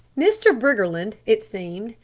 mr. briggerland, it seemed,